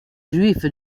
juif